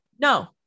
No